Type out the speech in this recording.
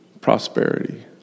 prosperity